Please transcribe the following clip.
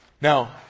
Now